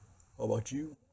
what about you